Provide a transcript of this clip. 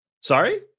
Sorry